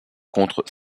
contre